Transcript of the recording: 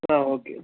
okay